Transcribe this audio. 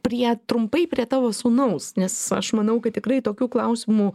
prie trumpai prie tavo sūnaus nes aš manau kad tikrai tokių klausimų